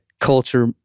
culture